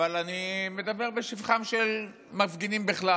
אבל אני מדבר בשבחם של מפגינים בכלל,